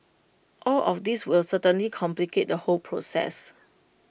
all of these will certainly complicate the whole process